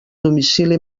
domicili